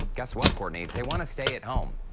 guess what, courtney, they want to stay at home.